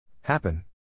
Happen